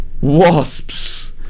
wasps